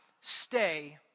stay